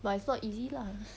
but it's not easy lah